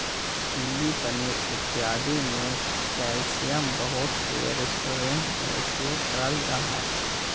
chilli paneer इत्यादि में capsicum बहुत से रेस्टोरेंट में उपयोग करल जा हई